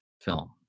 film